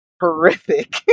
horrific